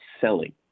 selling